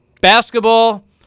basketball